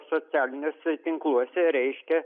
socialiniuose tinkluose reiškia